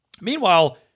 Meanwhile